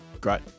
Great